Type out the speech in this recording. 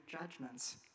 judgments